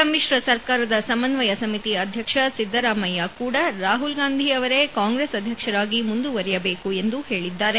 ಸಮ್ಮಿಶ್ರ ಸರ್ಕಾರದ ಸಮನ್ವಯ ಸಮಿತಿ ಅಧ್ಯಕ್ಷ ಸಿದ್ದರಾಮಯ್ಯ ಕೂಡಾ ರಾಹುಲ್ ಗಾಂಧಿ ಅವರೇ ಕಾಂಗ್ರೆಸ್ ಅಧ್ಯಕ್ಷರಾಗಿ ಮುಂದುವರೆಯಬೇಕು ಎಂದು ಹೇಳಿದ್ದಾರೆ